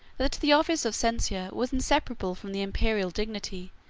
that the office of censor was inseparable from the imperial dignity,